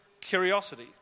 curiosity